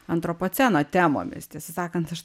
antropoceno temomis tiesą sakant aš